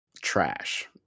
trash